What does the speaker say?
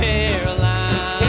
Caroline